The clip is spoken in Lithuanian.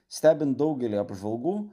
stebint daugelį apžvalgų